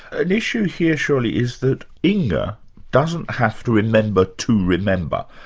and issue here surely is that inge and doesn't have to remember to remember,